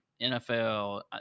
NFL